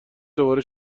دوباره